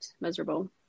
miserable